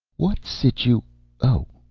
what situa oh,